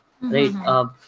Right